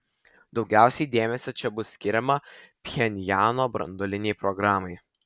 daugiausiai dėmesio čia bus skiriama pchenjano branduolinei programai